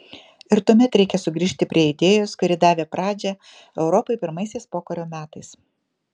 ir tuomet reikia sugrįžti prie idėjos kuri davė pradžią europai pirmaisiais pokario metais